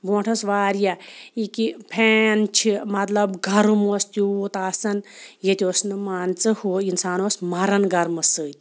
برونٛٹھ ٲس واریاہ یہِ کہِ پھین چھِ مطلب گَرم اوس تیوٗت آسان ییٚتہِ اوس نہٕ مان ژٕ ہُہ اِنسان اوس مَران گرمہٕ سۭتۍ